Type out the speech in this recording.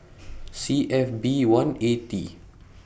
C F B one A T